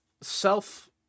self